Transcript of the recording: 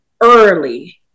early